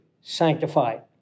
sanctified